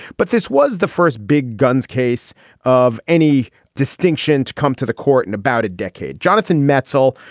but this was the first big guns case of any distinction to come to the court in about a decade. jonathan metzl,